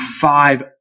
five